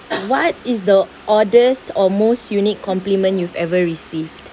what is the oddest or most unique compliment you've ever received